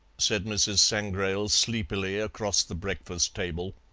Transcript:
said mrs. sangrail sleepily across the breakfast-table.